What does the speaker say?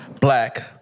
black